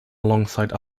alongside